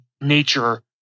nature